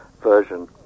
version